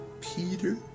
Peter